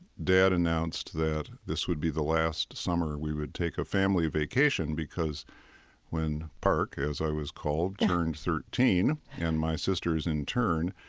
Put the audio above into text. dad announced that this would be the last summer we would take a family vacation, because when park, as i was called, turned thirteen and my sisters in turn,